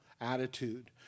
attitude